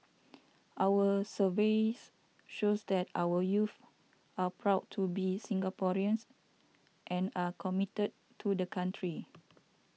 our surveys shows that our youths are proud to be Singaporeans and are committed to the country